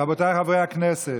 רבותיי חברי הכנסת,